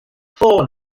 ffôn